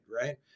right